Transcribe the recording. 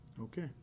Okay